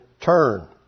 turn